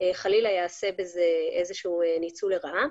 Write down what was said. חלילה יעשה בזה איזשהו ניצול לרעה.